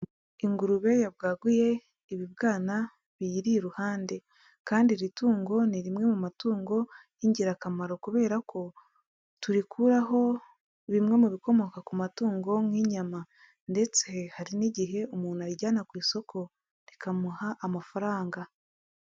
Ingurube yabwaguye ibibwana biyiri iruhande, kandi iri tungo ni rimwe mu matungo y'ingirakamaro kubera ko turikuraho bimwe mu bikomoka ku matungo nk'inyama ndetse hari n'igihe umuntu ayijyana ku isoko, rikamuha amafaranga.